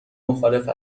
مخالف